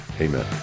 Amen